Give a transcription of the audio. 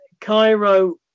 Cairo